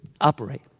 operate